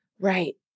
Right